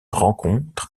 rencontres